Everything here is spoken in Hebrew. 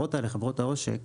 והחברות האלה, חברות העושק,